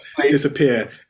disappear